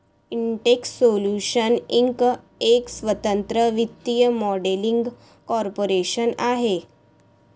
Intex solutions Inc एक स्वतंत्र वित्तीय मॉडेलिंग कॉर्पोरेशन आहे